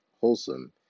wholesome